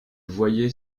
voyait